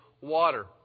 water